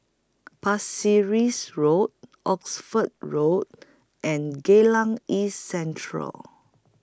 Pasir Ris Road Oxford Road and Geylang East Central